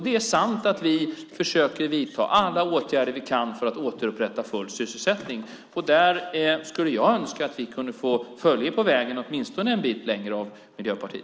Det är sant att vi försöker vidta alla åtgärder vi kan för att återupprätta full sysselsättning. Där skulle jag önska att vi kunde få följe på vägen av Miljöpartiet, åtminstone en bit längre.